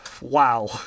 Wow